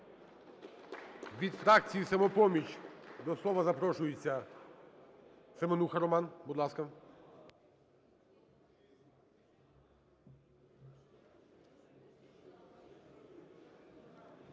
Від фракції "Самопоміч" до слова запрошується Семенуха Роман.